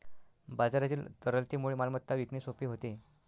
बाजारातील तरलतेमुळे मालमत्ता विकणे सोपे होते